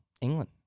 England